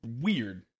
Weird